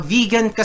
Vegan